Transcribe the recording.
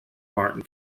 martin